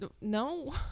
No